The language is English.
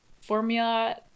Formula